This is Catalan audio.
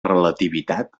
relativitat